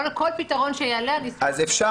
כל פתרון שיעלה, אני אשמח לשמוע.